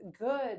good